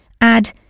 add